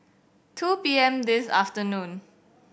two P M this afternoon